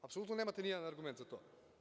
Apsolutno nemate nijedan argument za to.